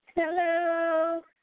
Hello